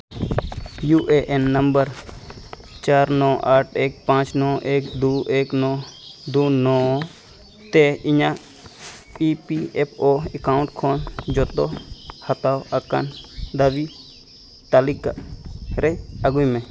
U A N number ᱪᱟᱨ ᱱᱚ ᱟᱴ ᱮᱠ ᱯᱟᱸᱪ ᱱᱚ ᱮᱠ ᱫᱩ ᱮᱠ ᱱᱚ ᱫᱩ ᱱᱚ ᱛᱮ ᱤᱧᱟᱹᱜ P P F O account ᱠᱷᱚᱱ ᱡᱚᱛᱚ ᱦᱟᱛᱟᱣ ᱟᱠᱟᱱ ᱫᱟᱹᱵᱤ ᱛᱟᱹᱞᱤᱠᱟ ᱨᱮ ᱟᱹᱜᱩᱭ ᱢᱮ